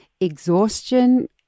exhaustion